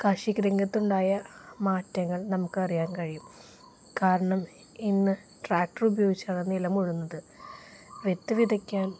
കാര്ഷികരംഗത്തുണ്ടായ മാറ്റങ്ങൾ നമുക്കറിയാൻ കഴിയും കാരണം ഇന്ന് ട്രാക്ടർ ഉപയോഗിച്ചാണ് നിലമുഴുന്നത് വിത്ത് വിതയ്ക്കാൻ